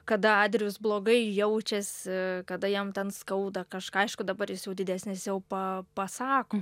kada adrijus blogai jaučiasi kada jam ten skauda kažką aišku dabar jis jau didesnis jau pa pasako